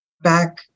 back